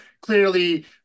clearly